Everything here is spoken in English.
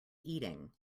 eating